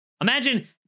imagine